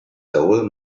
soul